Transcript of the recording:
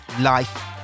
life